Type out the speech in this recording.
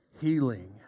healing